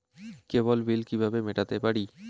কেবল bill কিভাবে মেটাতে পারি?